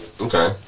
Okay